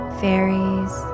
fairies